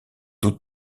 doute